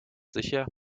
sicher